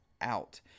out